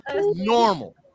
normal